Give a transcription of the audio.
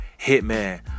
Hitman